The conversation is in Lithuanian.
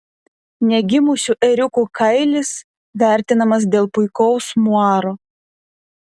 negimusių ėriukų kailis vertinamas dėl puikaus muaro